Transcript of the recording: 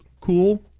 cool